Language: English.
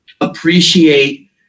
appreciate